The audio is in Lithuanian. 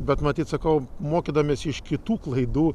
bet matyt sakau mokydamiesi iš kitų klaidų